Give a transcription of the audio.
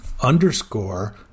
underscore